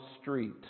street